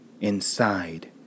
inside